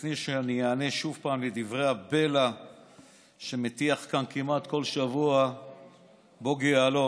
לפני שאענה שוב לדברי הבלע שמטיח כאן כמעט כל שבוע בוגי יעלון,